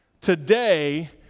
today